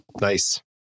Nice